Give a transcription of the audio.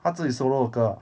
他自己 solo 的歌 ah